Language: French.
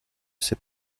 sait